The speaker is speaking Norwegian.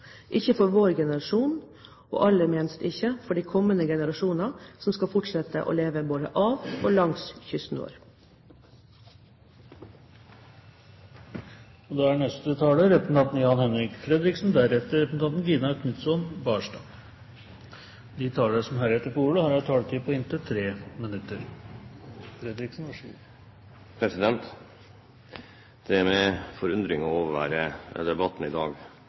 ikke har råd til å mislykkes med – på vegne av lokalbefolkningen, på vegne av fiskerinæringen eller kanskje mer presist, livet i havet, på vegne av vår generasjon, men aller mest på vegne av kommende generasjoner som skal fortsette å leve både av og langs kysten vår. De talere som heretter får ordet, har en taletid på inntil 3 minutter. Det er forunderlig å overvære debatten i dag